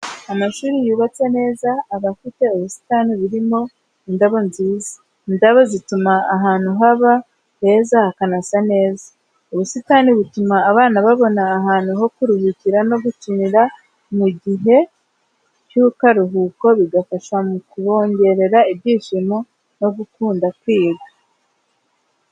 Amashuri yubatse neza aba afite ubusitani burimo indabo nziza. Indabo zituma ahantu haba heza hakanasa neza. Ubusitani butuma abana babona ahantu ho kuruhukira no gukinira mu gihe cy'akaruhuko, bigafasha mu kubongerera ibyishimo no gukunda kwiga.